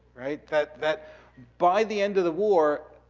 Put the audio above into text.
that that by the end of the war,